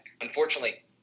unfortunately